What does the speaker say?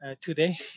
today